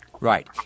Right